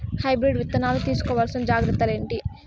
Hybrid విత్తనాలు తీసుకోవాల్సిన జాగ్రత్తలు ఏంటి?